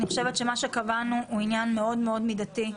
אני חושבת שמה שקבענו פה הוא מאוד מאוד מדתי.